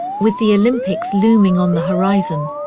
with the olympics looming on the horizon,